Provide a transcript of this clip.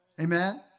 Amen